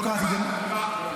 לא קראתי דה מרקר,